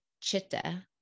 chitta